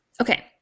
Okay